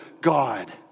God